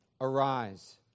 Arise